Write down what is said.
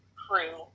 crew